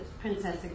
princess